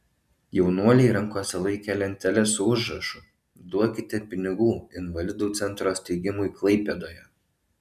jaunuoliai rankose laikė lenteles su užrašu duokite pinigų invalidų centro steigimui klaipėdoje